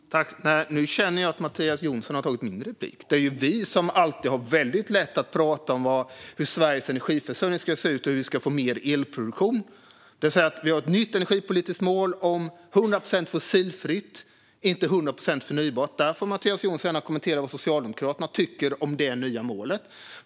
Fru talman! Nej, nu känner jag att Mattias Jonsson har tagit min replik. Det är ju vi som alltid har väldigt lätt att prata om hur Sveriges energiförsörjning ska se ut och hur vi ska få mer elproduktion. Vi har ett nytt energipolitiskt mål om 100 procent fossilfritt, inte 100 procent förnybart. Mattias Jonsson får gärna kommentera vad Socialdemokraterna tycker om det nya målet.